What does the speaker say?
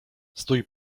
stój